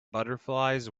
butterflies